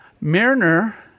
Mariner